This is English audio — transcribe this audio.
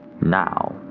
now